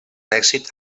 èxit